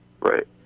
right